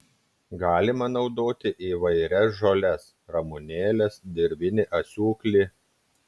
galima naudoti įvairias žoles ramunėles dirvinį asiūklį